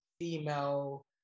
female